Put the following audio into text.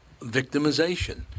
victimization